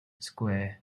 square